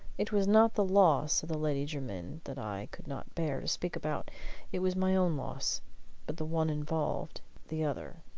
it was not the loss of the lady jermyn that i could not bear to speak about it was my own loss but the one involved the other.